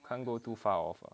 can't go too far off lah